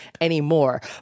anymore